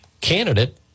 candidate